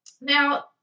Now